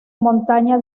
montaña